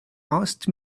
asked